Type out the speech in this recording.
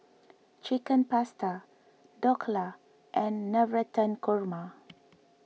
Chicken Pasta Dhokla and Navratan Korma